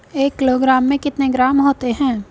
एक किलोग्राम में कितने ग्राम होते हैं?